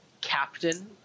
captain